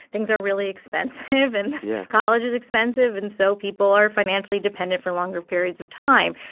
things are really expensive, and. yeah. college is expensive, and so people are financially dependent for longer periods of time.